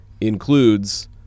includes